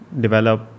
develop